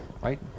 right